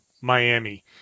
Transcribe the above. Miami